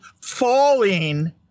falling